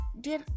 dear